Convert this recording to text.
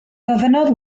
gofynnodd